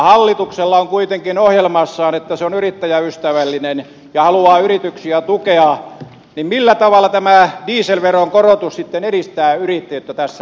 hallituksella on kuitenkin ohjelmassaan että se on yrittäjäystävällinen ja haluaa yrityksiä tukea niin millä tavalla tämä dieselveron korotus sitten edistää yrittäjyyttä tässä maassa